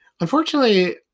unfortunately